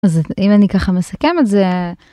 אז אם אני ככה מסכם את זה.